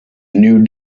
new